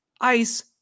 ice